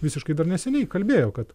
visiškai dar neseniai kalbėjo kad